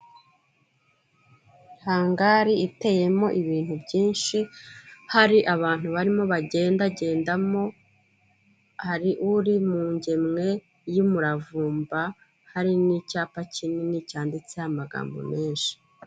Hangari iteyemo ibintu byinshi hari abantu barimo bagendagendamo, hari uri mu ngemwe y'umuravumba hari n'icyapa kinini cyanditseho amagambo menshi.